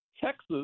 Texas